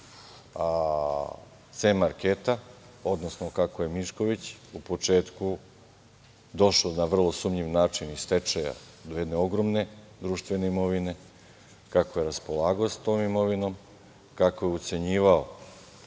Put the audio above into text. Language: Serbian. „C marketa“, odnosno kako je Mišković u početku došao na vrlo sumnjiv način iz stečaja do jedne ogromne društvene imovine, kako je raspolagao sa tom imovinom, kako je ucenjivao